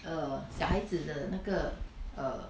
err 小孩子的那个 err